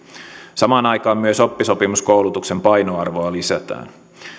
samaan aikaan myös oppisopimuskoulutuksen painoarvoa lisätään